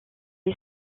est